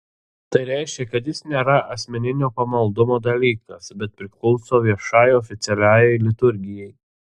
tai reiškia kad jis nėra asmeninio pamaldumo dalykas bet priklauso viešai oficialiajai liturgijai